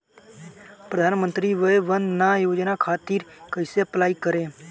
प्रधानमंत्री वय वन्द ना योजना खातिर कइसे अप्लाई करेम?